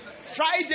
Friday